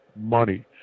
money